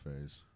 phase